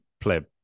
pleb